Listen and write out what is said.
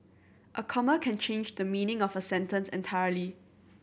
a comma can change the meaning of a sentence entirely